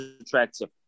attractive